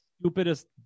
stupidest